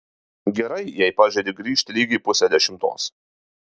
gerai jei pažadi grįžt lygiai pusę dešimtos